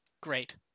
Great